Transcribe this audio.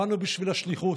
באנו בשביל השליחות,